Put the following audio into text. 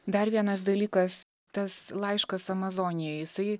dar vienas dalykas tas laiškas amazonijai jisai